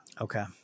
Okay